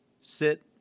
Sit